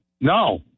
No